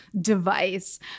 device